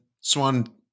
Swan